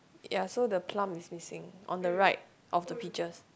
ya so the plum is missing on the right of the peaches